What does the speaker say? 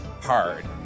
hard